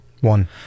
One